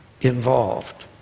involved